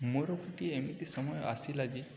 ମୋର ଗୋଟିଏ ଏମିତି ସମୟ ଆସିଲା ଯେ